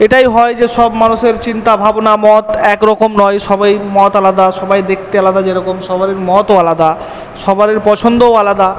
এটাই হয় যে সব মানুষের চিন্তা ভাবনা মত এক রকম নয় সবাই মত আলাদা সবাই দেখতে আলদা যে রকম সবারের মতও আলাদা সবারের পছন্দও আলাদা